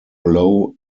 low